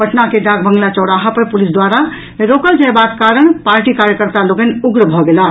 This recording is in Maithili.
पटना के डाक बंगला चौराहा पर पुलिस द्वारा रोकल जयबाक कारण पार्टी कार्यकर्ता लोकनि उग्र भऽ गेलाह